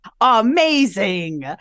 amazing